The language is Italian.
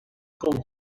con